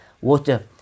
water